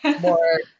more